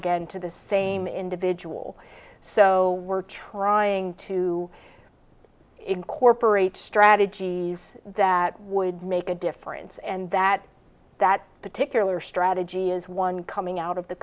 again to the same individual so we're trying to incorporate strategies that would make a difference and that that particular strategy is one coming out of the